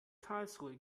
karlsruhe